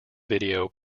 video